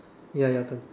ya your turn